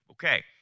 okay